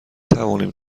توانیم